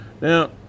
Now